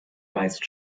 meist